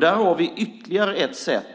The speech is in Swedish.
Där har vi ytterligare ett sätt